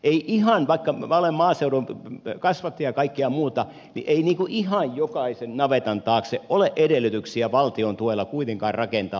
ei ihan vaikka minä olen maaseudun kasvatti ja kaikkea muuta jokaisen navetan taakse ole edellytyksiä valtion tuella kuitenkaan rakentaa hajautettua chptä